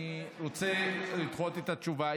אני רוצה לדחות את התשובה,